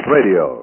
Radio